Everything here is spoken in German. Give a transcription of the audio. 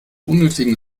unnötigen